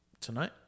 Tonight